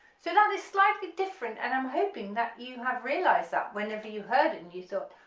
so that is slightly different and i'm hoping that you have realized that whenever you heard and you thought,